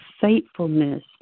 faithfulness